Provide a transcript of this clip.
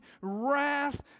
wrath